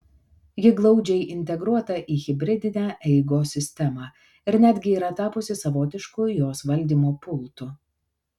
ji glaudžiai integruota į hibridinę eigos sistemą ir netgi yra tapusi savotišku jos valdymo pultu